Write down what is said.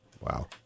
Wow